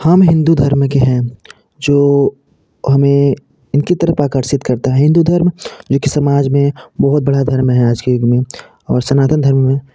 हम हिन्दू धर्म के हैं जो हमें इनकी तरफ़ आकर्षित करता है हिन्दू धर्म जोकि समाज में बहुत बड़ा धर्म है आज के युग में और सनातन धर्म में